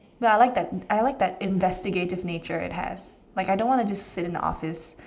well I like that I like that investigative nature it has like I don't wanna just sit in the office